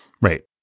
Right